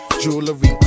jewelry